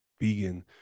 vegan